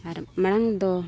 ᱟᱨ ᱢᱟᱲᱟᱝ ᱫᱚ